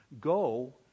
go